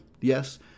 Yes